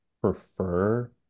prefer